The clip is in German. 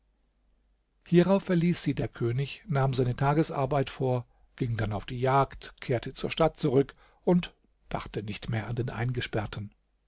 hierauf verließ sie der könig nahm seine tagesarbeit vor ging dann auf die jagd kehrte zur stadt zurück und dachte nicht mehr an den eingesperrten